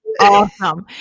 awesome